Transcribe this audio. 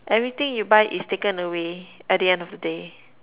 everything you buy is taken away at the end of the day